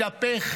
מתהפך